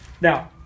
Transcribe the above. Now